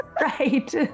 Right